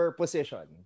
position